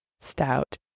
stout